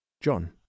John